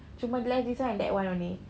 cuma left this [one] and that [one] only